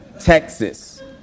Texas